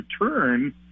return